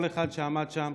כל אחד שעמד שם,